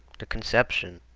the conception,